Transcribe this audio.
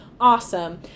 Awesome